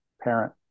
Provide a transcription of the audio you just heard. parent